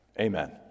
Amen